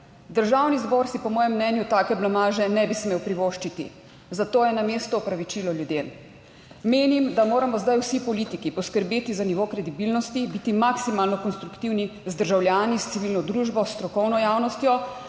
Državni zbor si po mojem mnenju take blamaže ne bi smel privoščiti, zato je na mestu opravičilo ljudem. Menim, da moramo zdaj vsi politiki poskrbeti za nivo kredibilnosti, biti maksimalno konstruktivni, z državljani, s civilno družbo, s strokovno javnostjo.